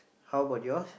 how about yours